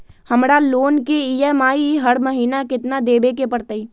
हमरा लोन के ई.एम.आई हर महिना केतना देबे के परतई?